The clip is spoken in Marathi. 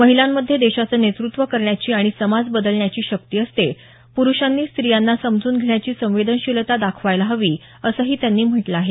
महिलांमध्ये देशाचं नेतृत्व करण्याची आणि समाज बदलण्याची शक्ती असते प्रुषांनी स्त्रियांना समजून घेण्याची संवेदनशीलता दाखवायला हवी असंही त्यांनी म्हटलं आहे